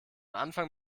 anfang